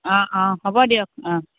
অঁ অঁ হ'ব দিয়ক অঁ